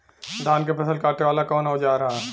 धान के फसल कांटे वाला कवन औजार ह?